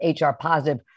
HR-positive